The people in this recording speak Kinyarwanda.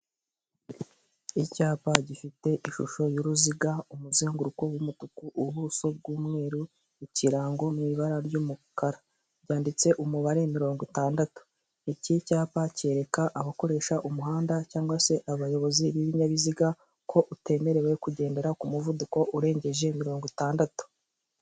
Icyapa gifite ishusho y'uruziga umuzenguruko w'umutuku ubuso bw'umweru, ikirango mu ibara ry'umukara, byanditse umubare mirongo itandatu, iki cyapa kereka abakoresha umuhanda, cyangwa se abayobozi b'ibinyabiziga ko utemerewe kugendera ku muvuduko urengeje mirongo itandatu.